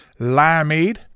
limeade